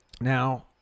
Now